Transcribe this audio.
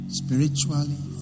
spiritually